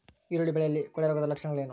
ಈರುಳ್ಳಿ ಬೆಳೆಯಲ್ಲಿ ಕೊಳೆರೋಗದ ಲಕ್ಷಣಗಳೇನು?